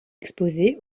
exposée